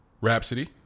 Rhapsody